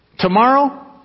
Tomorrow